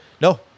No